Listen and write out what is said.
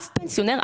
אף פנסיונר,